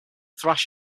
thrash